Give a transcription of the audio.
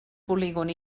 polígon